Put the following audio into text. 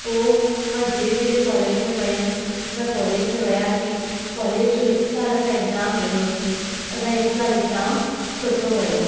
पोइ मां धीरे धीरे कॉलेज में वियमि असां कॉलेज में वियासीं कॉलेज जो हिकु सालु असां एग्ज़ाम ॾिनोसीं असांजो हिकु सालु एग्ज़ाम सुठो वियो